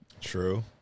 True